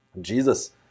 Jesus